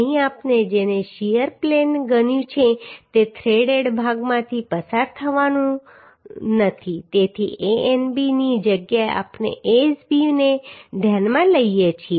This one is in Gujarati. અને અહીં આપણે જેને શીયર પ્લેન ગણ્યું છે તે થ્રેડેડ ભાગમાંથી પસાર થવાનું નથી તેથી Anb ની જગ્યાએ આપણે Asb ને ધ્યાનમાં લઈએ છીએ